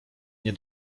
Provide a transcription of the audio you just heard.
nie